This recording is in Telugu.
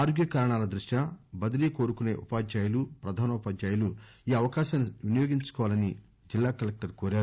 ఆరోగ్య కారణాల దృష్ట్యా బదిలీ కోరుకుసే ఉపాధ్యాయులు ప్రధానోపధ్యాయులు ఈ అవకాశాన్ని వినియోగించుకోవాలని కలెక్టర్ కోరారు